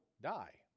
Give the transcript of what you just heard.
die